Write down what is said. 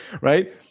Right